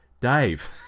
Dave